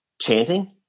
Chanting